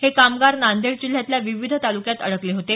हे कामगार नांदेड जिल्ह्यातल्या विविध तालुक्यात अडकले होते